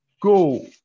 go